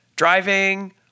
Driving